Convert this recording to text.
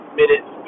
minutes